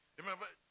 Remember